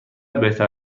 بهتر